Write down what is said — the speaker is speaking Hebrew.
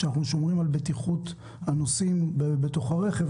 שאנחנו שומרים על בטיחות הנוסעים בתוך הרכב,